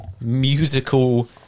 musical